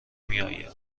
میآید